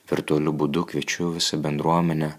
virtualiu būdu kviečiu visą bendruomenę